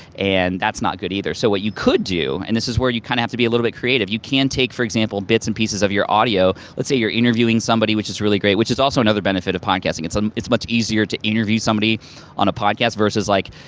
and that's not good either. so what you could do, and this is where you kind of have to be a little bit creative. you can take for examples, bits and pieces of your audio, let's say you're interviewing somebody, which is really great, which is also another benefit of podcasting. it's much easier to interview somebody on a podcast versus like,